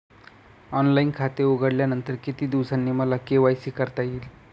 Online खाते उघडल्यानंतर किती दिवसांनी मला के.वाय.सी करता येईल?